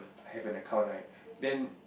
then have an account right then